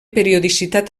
periodicitat